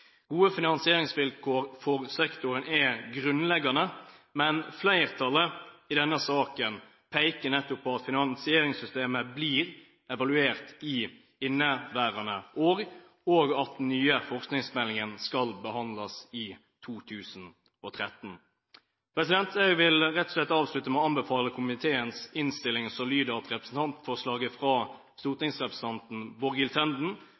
Gode finansieringsvilkår for sektoren er grunnleggende, men flertallet peker i denne saken nettopp på at finansieringssystemet blir evaluert i inneværende år, og at den nye forskningsmeldingen skal behandles i 2013. Jeg vil rett og slett avslutte med å anbefale komiteens innstilling, som lyder at representantforslaget fra stortingsrepresentanten Borghild Tenden,